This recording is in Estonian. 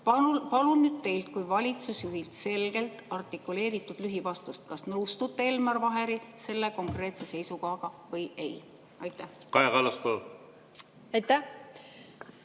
Palun teilt kui valitsusjuhilt selgelt artikuleeritud lühivastust, kas te nõustute Elmar Vaheri selle konkreetse seisukohaga või ei. Kaja